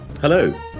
Hello